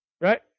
Right